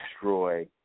destroy